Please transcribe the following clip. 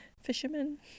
Fisherman